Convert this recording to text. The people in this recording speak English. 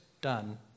done